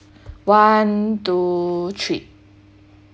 one two three